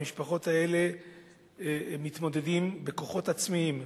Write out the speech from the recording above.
במשפחות האלה מתמודדים בכוחות עצמאיים,